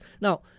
Now